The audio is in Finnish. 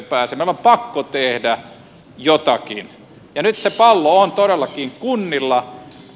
meidän on pakko tehdä jotakin ja nyt se pallo on todellakin kunnilla